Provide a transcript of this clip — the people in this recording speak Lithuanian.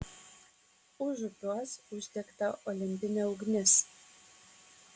užupiuos uždegta olimpinė ugnis